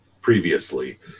previously